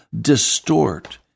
distort